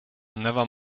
never